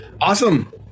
Awesome